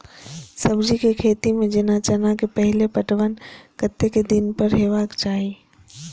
सब्जी के खेती में जेना चना के पहिले पटवन कतेक दिन पर हेबाक चाही?